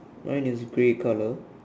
mine is grey colour